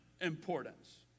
importance